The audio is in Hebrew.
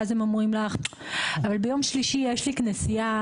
ואז הם אומרים לך: "אבל ביום שלישי יש לי כנסייה,